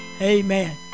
Amen